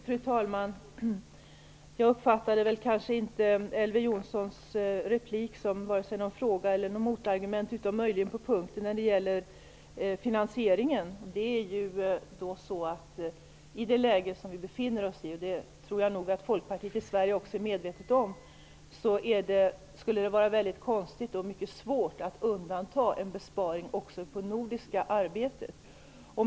Fru talman! Jag uppfattade inte Elver Jonssons replik som vare sig någon fråga eller något motargument utom möjligen på en punkt. Det gällde finansieringen. I det läge som vi befinner oss i - det tror jag också att man från Folkpartiet i Sverige är medveten om - skulle det vara väldigt konstigt och mycket svårt att undanta en besparing också på det nordiska arbetet.